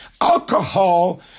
Alcohol